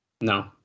no